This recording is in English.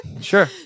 Sure